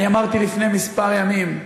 אני אמרתי לפני כמה ימים,